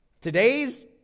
Today's